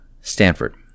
Stanford